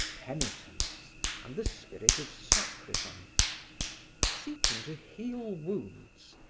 penitence and the spirit of sacrifice seeking to heal wounds,